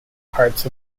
parts